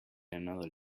another